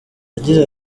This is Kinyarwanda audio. yagize